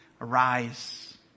arise